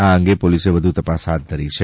આ અંગે પોલીસે વધુ તપાસ હાથ ધરી છે